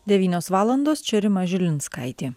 devynios valandos čia rima žilinskaitė